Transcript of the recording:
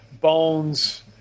bones